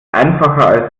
einfacher